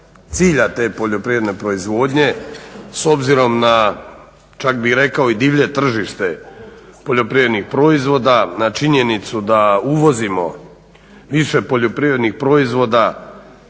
cilja te poljoprivredne proizvodnje s obzirom na čak bih rekao i divlje tržište poljoprivrednih proizvoda, na činjenicu da uvozimo više poljoprivrednih proizvoda